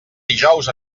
dijous